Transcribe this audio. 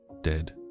dead